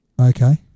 Okay